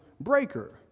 breaker